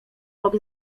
bok